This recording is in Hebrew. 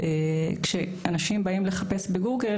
כשאנשים באים לחפש בגוגל,